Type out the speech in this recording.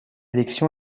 élection